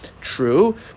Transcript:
True